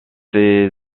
ses